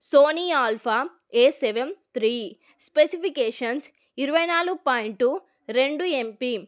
Sony Alpha A seven three specifications ఇరవై నాలుగు point రెండు ఎంపీ